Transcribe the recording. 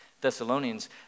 Thessalonians